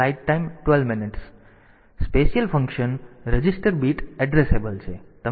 હવે special function register bit addressable છે